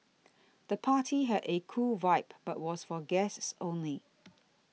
the party had a cool vibe but was for guests only